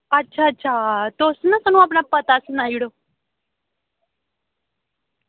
अच्छा अच्छा तुस ना असें ई अपना पता सनाई ओड़ो